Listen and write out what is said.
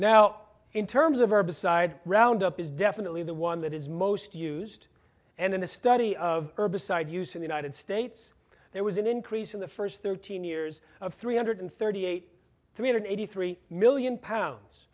now in terms of our beside roundup is definitely the one that is most used and in a study of herbicide use in the united states there was an increase in the first thirteen years of three hundred thirty eight three hundred eighty three million pounds